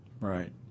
Right